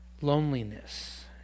loneliness